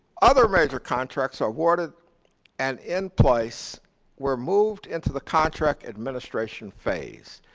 other major contracts awarded as in place were moved into the contract administration phase.